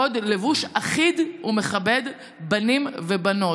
קוד לבוש אחיד ומכבד בנים ובנות.